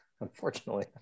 unfortunately